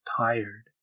tired